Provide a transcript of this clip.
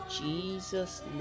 Jesus